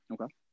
Okay